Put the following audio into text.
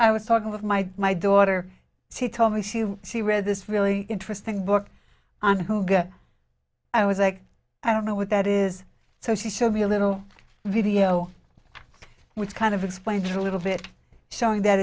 i was talking with my my daughter she told me she she read this really interesting book on who i was like i don't know what that is so she showed me a little video which kind of explains a little bit showing that